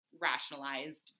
rationalized